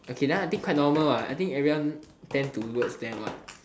okay that one I think quite normal what I think everyone tend to towards them what